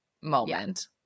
moment